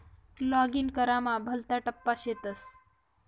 login करामा भलता टप्पा शेतस